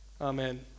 Amen